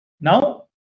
Now